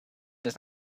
does